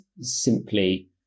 simply